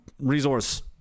resource